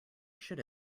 should